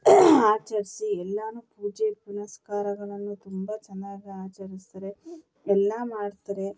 ಆಚರಿಸಿ ಎಲ್ಲಾ ಪೂಜೆ ಪುನಸ್ಕಾರಗಳನ್ನು ತುಂಬ ಚೆನ್ನಾಗಿ ಆಚರಿಸ್ತಾರೆ ಎಲ್ಲ ಮಾಡ್ತಾರೆ